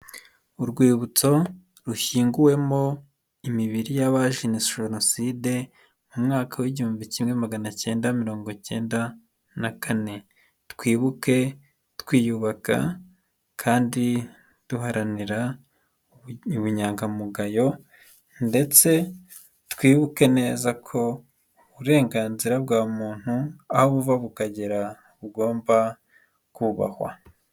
Urwibutso rushyinguwemo imibiri y'abazize Jenoside mu mwaka w'igihumbi kimwe magana cyenda, mirongo icyenda na kane; twibuke twiyubaka, kandi duharanira ubunyangamugayo, ndetse twibuke neza ko uburenganzira bwa muntu, aho buva bukagera bugomba kubahwa.